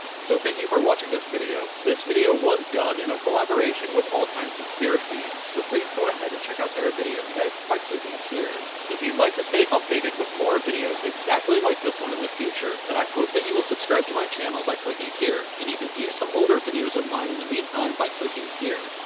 so thank you for watching this video. this video was done in a collaboration with alltime conspiracies, so please go and check out their video next by clicking here. if you'd like to stay updated with more videos exactly like this one in the future, then i hope that you will subscribe to my channel by clicking here, and you can view some older videos of mine in the meantime by clicking here.